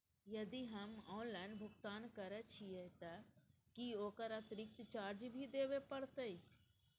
यदि हम ऑनलाइन भुगतान करे छिये त की ओकर अतिरिक्त चार्ज भी देबे परतै?